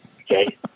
okay